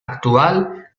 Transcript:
actual